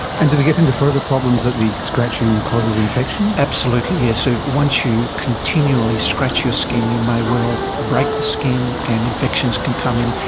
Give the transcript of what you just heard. and do they get into further problems that the scratching causes infection? absolutely, yes. so once you continually scratch your skin you may well break the skin and infections can come in,